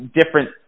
different